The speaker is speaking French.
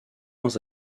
moins